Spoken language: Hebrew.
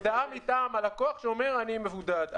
הודעה מטעם הלקוח שאומר: אני מבודד,